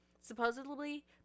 Supposedly